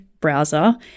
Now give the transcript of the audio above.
browser